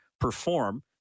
perform